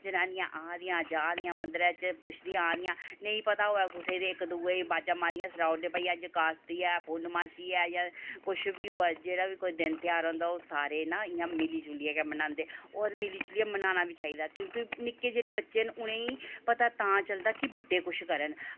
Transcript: जनानियां आ दियां जा दियां पुछदियां आ दियां नेईं पता होऐ कुसे गी ते इक दुऐ गी अवाजां मारियै सनाई ओड़दे पाई अज्ज कास्ती ऐ पुन्नमासी ऐ कुश बी होऐ कोई बी दिन ध्योहार होऐ सारे ना इयां मिली जुलियै बनांदे होर मिली जुलियै बनाना ही चाही दा क्योंकि निक्के जेह्ड़े बच्चे न उनेंगी पता तां चलदा अगर बड्डे कुश करन बड्डे